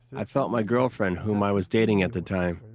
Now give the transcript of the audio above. i felt my girlfriend whom i was dating at that time.